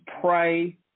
pray